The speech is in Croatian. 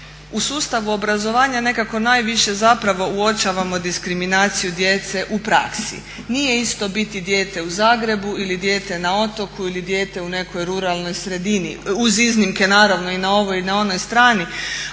u sustavu obrazovanja nekako najviše uočavamo diskriminaciju djece u praksi. Nije isto biti dijete u Zagrebu ili dijete na otoku ili dijete u nekakvoj ruralnoj sredini, uz iznimke naravno i na ovoj i na onoj strani,